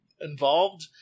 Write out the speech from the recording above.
involved